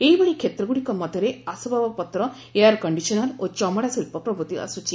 ଏହିଭଳି କ୍ଷେତ୍ରଗୁଡ଼ିକ ମଧ୍ୟରେ ଆସବାବପତ୍ର ଏୟାର୍ କଣ୍ଡିସନର ଓ ଚମଡ଼ା ଶିଳ୍ପ ପ୍ରଭୃତି ଆସୁଛି